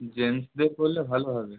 জেন্সদের করলে ভালো হবে